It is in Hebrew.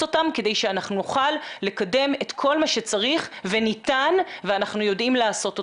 אותם כדי שנוכל לקדם את כל מה שצריך וניתן ואנחנו יודעים לעשות אותו.